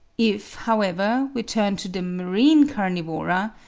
if, however, we turn to the marine carnivora,